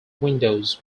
windows